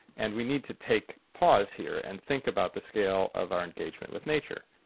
and we need to take pause here and think about the scale of our engagement with nature.